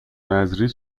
نذری